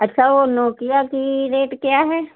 अच्छा वह नोकिया का रेट क्या है